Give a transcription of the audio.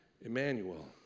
Emmanuel